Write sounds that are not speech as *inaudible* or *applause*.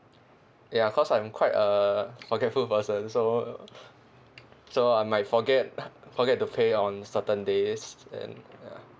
ya cause I'm quite uh forgetful person so so I might forget *laughs* forget to pay on certain days and ya